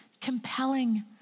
compelling